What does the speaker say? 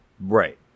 Right